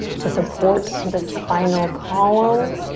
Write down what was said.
to support the spinal column.